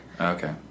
Okay